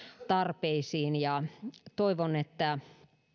tarpeisiin ja toivon että